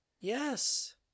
yes